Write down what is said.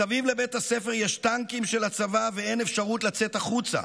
מסביב לבית הספר יש טנקים של הצבא ואין אפשרות לצאת החוצה.